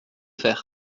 faire